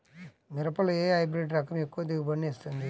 మిరపలో ఏ హైబ్రిడ్ రకం ఎక్కువ దిగుబడిని ఇస్తుంది?